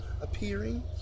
appearing